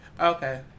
Okay